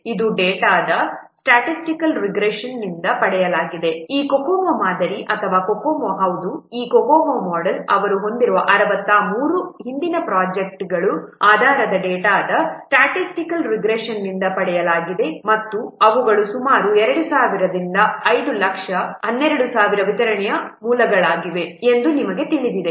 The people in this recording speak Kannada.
ಇದು ಡೇಟಾದ ಸ್ಟ್ಯಾಟಿಸ್ಟಿಕಲ್ ರಿಗ್ರೆಷನ್ನಿಂದ ಪಡೆಯಲಾಗಿದೆ ಈ COCOMO ಮಾದರಿ ಅಥವಾ COCO ಹೌದು ಈ COCOMO ಮೋಡೆಲ್ ಅವರು ಹೊಂದಿರುವ 63 ಹಿಂದಿನ ಪ್ರೊಜೆಕ್ಟ್ಗಳ ಆಧಾರದಿಂದ ಡೇಟಾದ ಸ್ಟ್ಯಾಟಿಸ್ಟಿಕಲ್ ರಿಗ್ರೆಷನ್ನಿಂದ ಪಡೆಯಲಾಗಿದೆ ಮತ್ತು ಅವುಗಳು ಸುಮಾರು 2000 ರಿಂದ 5 ಲಕ್ಷ 12000 ವಿತರಣೆಯ ಮೂಲಗಳಾಗಿವೆ ಎಂದು ನಿಮಗೆ ತಿಳಿದಿದೆ